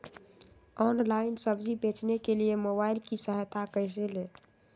Online सब्जी बेचने के लिए मोबाईल की सहायता कैसे ले?